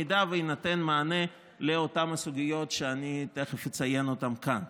אם יינתן מענה לאותן סוגיות שאני תכף אציין אותן כאן.